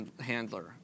handler